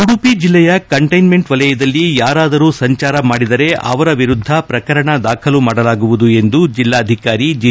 ಉಡುಪಿ ಜಿಲ್ಲೆಯ ಕಂಟೈನ್ಮೆಂಟ್ ವಲಯದಲ್ಲಿ ಯಾರಾದರೂ ಸಂಚಾರ ಮಾಡಿದರೆ ಅವರ ವಿರುದ್ದ ಪ್ರಕರಣ ದಾಖಲು ಮಾಡಲಾಗುವುದು ಎಂದು ಜಿಲ್ಲಾಧಿಕಾರಿ ಜಿ